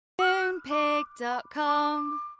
Moonpig.com